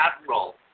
admiral